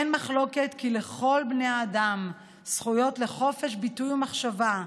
אין מחלוקת כי לכל בני האדם זכויות לחופש ביטוי ומחשבה,